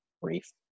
brief